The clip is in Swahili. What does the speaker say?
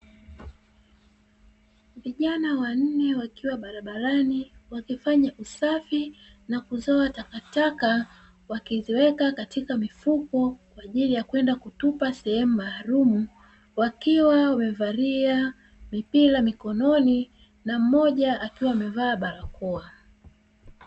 Vijana wanne wakiwa barabarani wakifanya usafi na kuzoa takataka wakiziweka katika mifuko kwa ajili ya kwenda kutupa sehemu maalumu, wakiwa wamevalia mipira mikononi na mmoja akiwa amevaa barakoa.